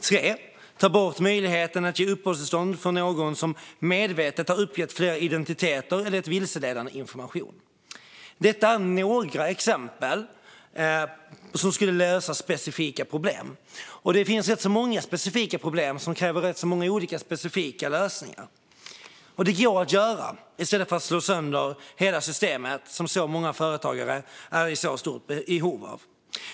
Tre: Ta bort möjligheten att ge uppehållstillstånd till någon som medvetet uppgett flera identiteter eller gett vilseledande information. Detta var några exempel som skulle lösa specifika problem. Det finns rätt så många sådana som kräver rätt så många olika specifika lösningar, och det går att göra i stället för att slå sönder ett system som så många företagare är i så stort behov av.